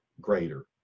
greater